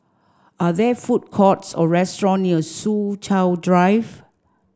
are there food courts or restaurants near Soo Chow Drive